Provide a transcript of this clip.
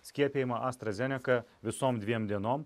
skiepijimą astra zeneka visom dviem dienom